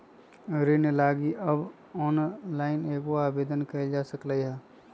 ऋण लागी अब ऑनलाइनो आवेदन कएल जा सकलई ह